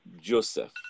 Joseph